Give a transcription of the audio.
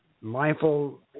mindful